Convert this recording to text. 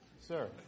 Sir